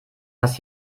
was